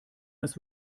als